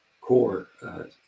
core